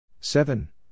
seven